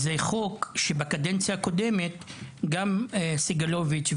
זה חוק שבקדנציה הקודמת גם סגלוביץ',